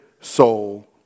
soul